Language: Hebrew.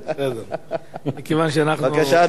בבקשה, אדוני.